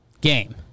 Game